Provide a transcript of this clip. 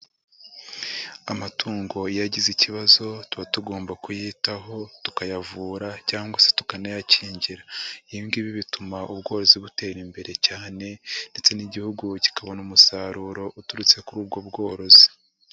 Amatungo iyo agize ikibazo tuba tugomba kuyitaho, tukayavura cyangwa se tukanayakingira. Ibi ngibi bituma ubworozi butera imbere cyane ndetse n'igihugu kikabona umusaruro uturutse kuri ubwo bworozi.